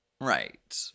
Right